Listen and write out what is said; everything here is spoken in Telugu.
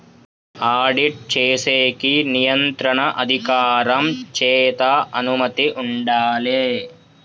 ఆడిట్ చేసేకి నియంత్రణ అధికారం చేత అనుమతి ఉండాలే